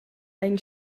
ein